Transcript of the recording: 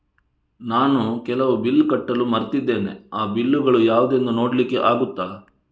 ನಾನು ಕೆಲವು ಬಿಲ್ ಕಟ್ಟಲು ಮರ್ತಿದ್ದೇನೆ, ಆ ಬಿಲ್ಲುಗಳು ಯಾವುದೆಂದು ನೋಡ್ಲಿಕ್ಕೆ ಆಗುತ್ತಾ?